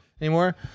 anymore